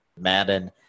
Madden